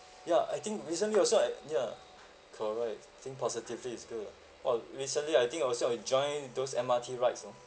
ya I think recently also I ya correct think positively is good !wow! recently I think I will sort of join those M_R_T rides lor